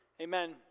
Amen